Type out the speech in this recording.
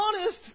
honest